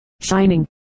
shining